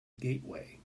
gateway